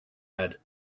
head